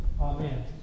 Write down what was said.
Amen